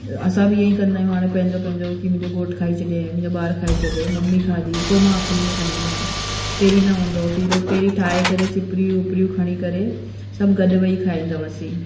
असां बि ईअं ई कंदा आहियूं हाणे पंहिंजो पंहिंजो की मुंहिंजो घोठु खाई छॾे मुंहिंजा ॿार खाई छॾे ममी खाधी पोइ मां आख़िरी में खाईंदी आहियां पहिरीं न हूंदो हुओ पहिरीं ठाही करे सिपिरियूं विपिरियूं खणी करे सभु गॾु वेही करे खाईंदा हुआसीं